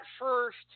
first